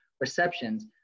receptions